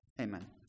Amen